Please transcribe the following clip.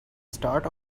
start